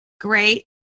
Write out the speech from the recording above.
Great